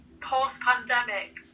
post-pandemic